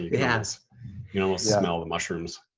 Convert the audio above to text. yeah so you know smell the mushrooms.